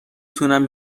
تونم